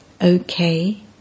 Okay